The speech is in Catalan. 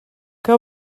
que